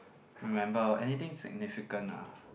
remember anything significant lah